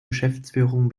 geschäftsführung